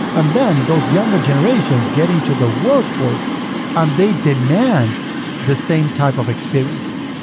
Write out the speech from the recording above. and then those younger generations get into the workforce and they demand the same type of experiences.